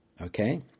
Okay